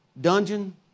Dungeon